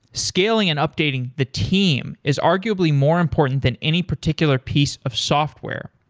scaling and updating the team is arguably more important than any particular piece of software.